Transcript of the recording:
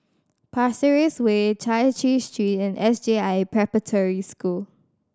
Pasir Ris Way Chai Chee Street and S J I Preparatory School